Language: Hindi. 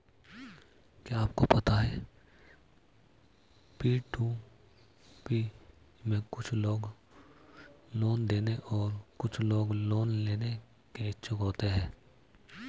क्या आपको पता है पी.टू.पी में कुछ लोग लोन देने और कुछ लोग लोन लेने के इच्छुक होते हैं?